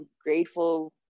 grateful